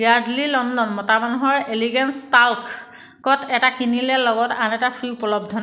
Yardley London মতা মানুহৰ elegance টাল্কত এটা কিনিলে লগত আন এটা ফ্ৰী উপলব্ধনে